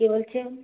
কে বলছেন